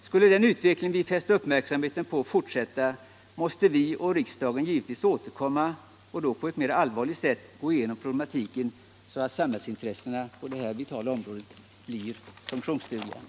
Skulle den utveckling vi fäst uppmärksamheten på fortsätta, måste vi och riksdagen givetvis återkomma och då på ett mera allvarligt sätt gå igenom problematiken, så att samhällsintressena på det här vitala området verkligen kan bli tillgodosedda.